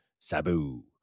Sabu